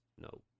no